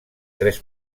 tres